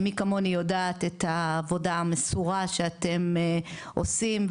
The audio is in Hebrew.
מי כמוני יודעת את העבודה המסורה שאתם עושים,